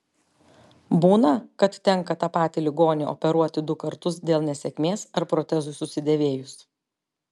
būna kad tenka tą patį ligonį operuoti du kartus dėl nesėkmės ar protezui susidėvėjus